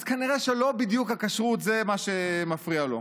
אז כנראה שלא בדיוק הכשרות זה מה שמפריע לו.